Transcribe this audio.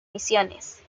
misiones